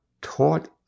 taught